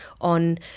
on